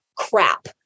crap